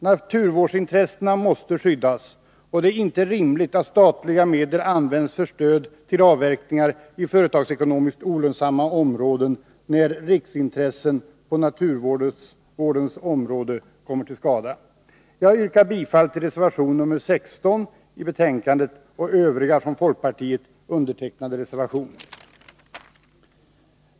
Naturvårdsintressen måste skyddas, och det är inte rimligt att statliga medel används för stöd till avverkningar i företagsekonomiskt olönsamma områden när riksintressen på naturvårdens område kommer till skada. Jag yrkar bifall till reservation nr 16 vid jordbruksutskottets betänkande nr 34 liksom till övriga av folkpartiledamöter undertecknade reservationer vid detta betänkande.